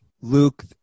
Luke